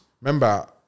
remember